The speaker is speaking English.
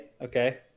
okay